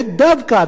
ודווקא,